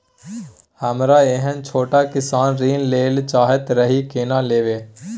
हमरा एहन छोट किसान ऋण लैले चाहैत रहि केना लेब?